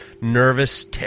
nervous